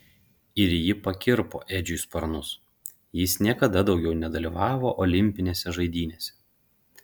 ir ji pakirpo edžiui sparnus jis niekada daugiau nedalyvavo olimpinėse žaidynėse